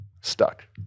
stuck